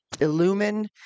illuminate